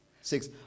six